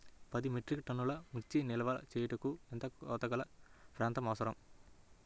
పది మెట్రిక్ టన్నుల మిర్చి నిల్వ చేయుటకు ఎంత కోలతగల ప్రాంతం అవసరం?